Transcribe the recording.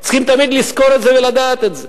צריכים תמיד לזכור את זה ולדעת את זה.